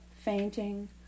Fainting